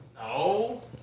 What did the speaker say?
no